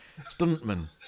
Stuntman